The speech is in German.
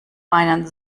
meinen